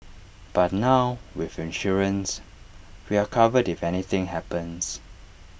but now with insurance we are covered if anything happens